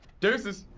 deuces.